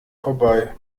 vorbei